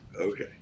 Okay